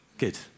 Good